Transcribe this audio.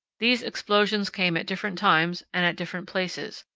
these explosions came at different times and at different places,